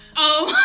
oh